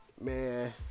man